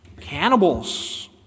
Cannibals